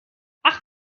ach